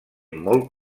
molt